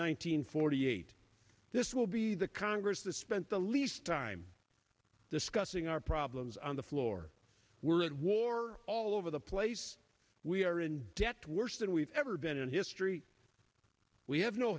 hundred forty eight this will be the congress this spent the least time discussing our problems on the floor we're at war all over the place we are in debt worse than we've ever been in history we have no